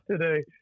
today